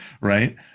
Right